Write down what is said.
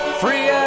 free